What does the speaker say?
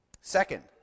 Second